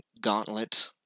gauntlet